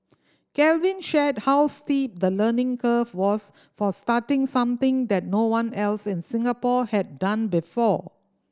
Calvin shared how steep the learning curve was for starting something that no one else in Singapore had done before